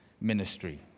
ministry